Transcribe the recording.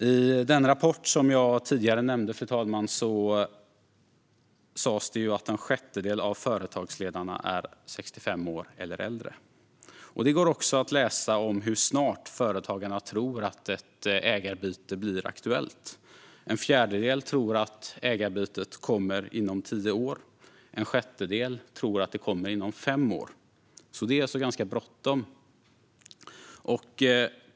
I den rapport som jag tidigare nämnde, fru talman, sas det att en sjättedel av företagsledarna är 65 år eller äldre. Det går också att läsa om när företagarna tror att ett ägarbyte blir aktuellt. En fjärdedel tror att ägarbytet sker inom tio år, och en sjättedel tror att det sker inom fem år. Det är alltså ganska bråttom.